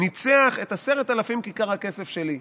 ניצח את עשרת אלפים כיכר הכסף שלי,